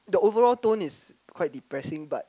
the overall tone is quite depressing but